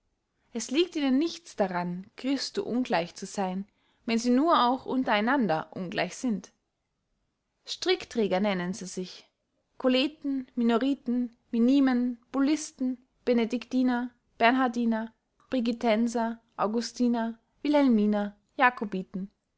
es liegt ihnen nichts daran christo ungleich zu seyn wenn sie nur auch unter einander ungleich sind strickträger nennen sie sich coleten minoriten minimen bullisten benedictiner bernhardiner brigittenser augustiner